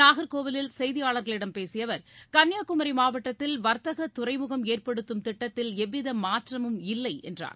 நாகர்கோவிலில் செய்தியாளர்களிடம் பேசிய அவர் கன்னியாகுமரி மாவட்டத்தில் வர்த்தகத் துறைமுகம் ஏற்படுத்தும் திட்டத்தில் எவ்வித மாற்றமும் இல்லை என்றார்